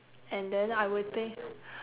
and then I would think